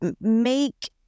make